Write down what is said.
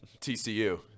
TCU